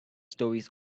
stories